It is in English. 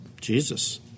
Jesus